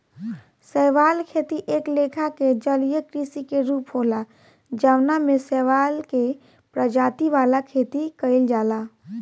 शैवाल खेती एक लेखा के जलीय कृषि के रूप होला जवना में शैवाल के प्रजाति वाला खेती कइल जाला